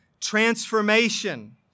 transformation